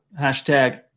Hashtag